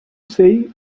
say